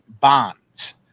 bonds